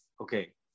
okay